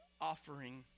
offering